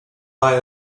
buy